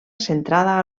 centrada